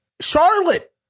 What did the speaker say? Charlotte